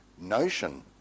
notion